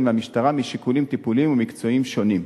למשטרה משיקולים טיפוליים ומקצועיים שונים.